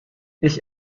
ich